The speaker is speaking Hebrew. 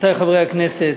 הראוי שהכנסת